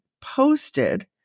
posted